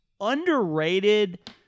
Underrated